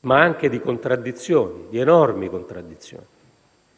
ma anche di enormi contraddizioni.